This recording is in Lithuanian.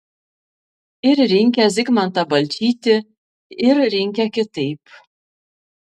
ir rinkę zigmantą balčytį ir rinkę kitaip